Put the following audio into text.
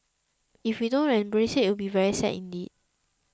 if we don't embrace it it'll be very sad indeed